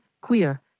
queer